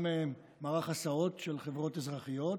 גם מערך הסעות של חברות אזרחיות,